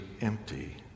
empty